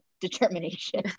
determination